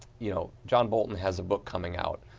you know john bolton has a book coming out.